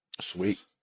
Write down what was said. Sweet